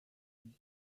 lui